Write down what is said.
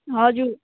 हजुर